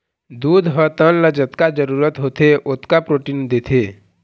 दूद ह तन ल जतका जरूरत होथे ओतका प्रोटीन देथे